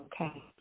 okay